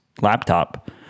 laptop